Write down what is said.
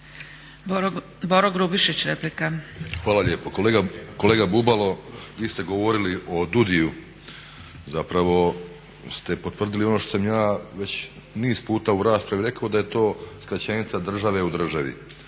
Boro (HDSSB)** Hvala lijepo. Kolega Bubalo, vi ste govorili o DUUDI-u zapravo ste potvrdili ono što sam ja već niz puta u raspravi rekao da je to skraćenica države u državi.